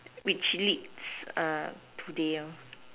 which leads today lor